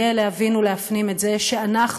יהיה להבין ולהפנים את זה שאנחנו,